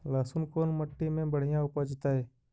लहसुन कोन मट्टी मे बढ़िया उपजतै?